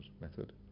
method